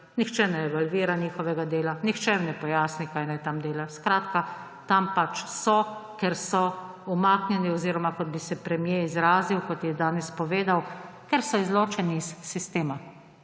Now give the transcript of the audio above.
nihče ne evalvira njihovega dela, nihče jim ne pojasni, kaj nam tam delajo. Skratka, tam pač so, ker so umaknjeni oziroma, kot bi se premier izrazil, kot je danes povedal, ker so izločeni iz sistema;